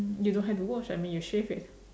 you don't have to wash I mean you shave it